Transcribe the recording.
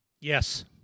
yes